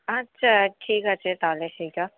আচ্ছা ঠিক আছে তাহলে সেইটা